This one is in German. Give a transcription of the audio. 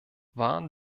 waren